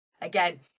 Again